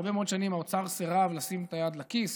הרבה מאוד שנים האוצר סירב לשים את היד בכיס